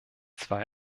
zwei